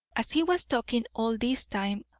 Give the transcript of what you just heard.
as he was talking all this time,